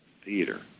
theater